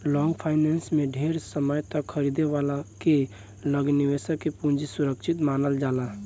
long finance में ढेर समय तक खरीदे वाला के लगे निवेशक के पूंजी सुरक्षित मानल जाला